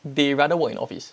they rather work in office